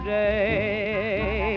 day